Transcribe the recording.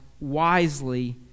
wisely